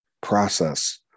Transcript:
process